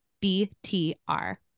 B-T-R